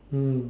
mm